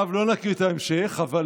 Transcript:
לא נקריא את ההמשך, אבל,